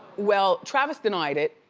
well, travis denied it,